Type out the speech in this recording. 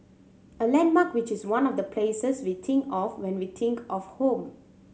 a landmark which is one of the places we think of when we think of home